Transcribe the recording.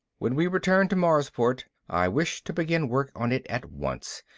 when we return to marsport i wish to begin work on it at once.